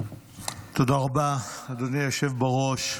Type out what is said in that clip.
תודה רבה, אדוני היושב בראש.